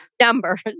numbers